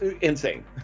insane